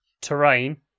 terrain